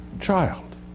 child